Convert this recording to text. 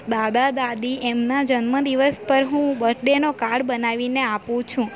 દાદા દાદી એમના જન્મદિવસ પર હું બર્થ ડેનો કાર્ડ બનાવીને આપું છું